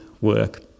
work